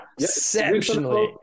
Exceptionally